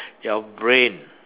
your brain